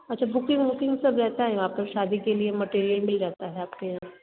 अच्छा बुकिंग वुकिंग सब रहता है वहाँ पर शादी के लिए मटेरियल मिल जाता है आपके यहाँ